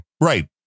Right